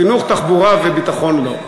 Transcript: חינוך, תחבורה וביטחון, לא.